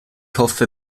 hoffe